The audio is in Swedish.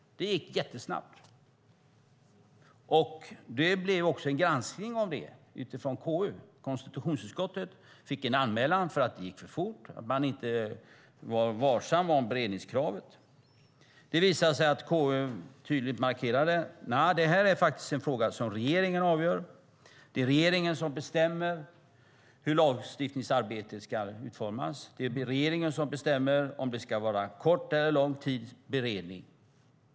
Det gick jättesnabbt. Det blev en granskning av detta av KU. Konstitutionsutskottet fick en anmälan därför att det hade gått för fort och för att man inte hade varit varsam med beredningskravet. Det visar sig att KU tydligt markerade att detta är en fråga som regeringen avgör. Det är regeringen som bestämmer hur lagstiftningsarbetet ska utformas. Det är regeringen som bestämmer om det ska vara kort eller lång tids beredning.